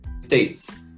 states